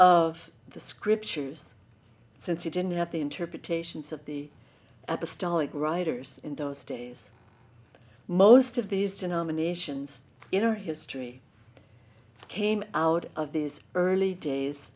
of the scriptures since he didn't have the interpretations of the at the start writers in those days most of these denominations in our history came out of these early days